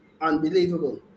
unbelievable